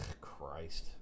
Christ